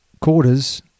quarters